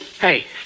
Hey